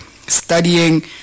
studying